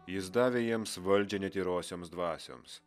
jis davė jiems valdžią netyrosioms dvasioms